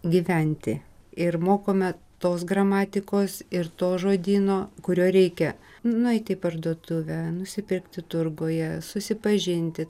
gyventi ir mokome tos gramatikos ir to žodyno kurio reikia nueiti į parduotuvę nusipirkti turguje susipažinti